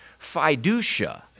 Fiducia